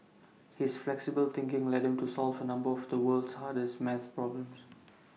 his flexible thinking led him to solve A number of the world's hardest maths problems